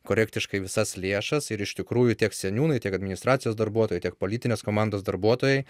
korektiškai visas lėšas ir iš tikrųjų tiek seniūnai tiek administracijos darbuotojai tiek politinės komandos darbuotojai